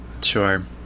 Sure